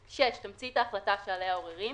(3)מספר תיק הבקשה בשירות התעסוקה,